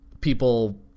People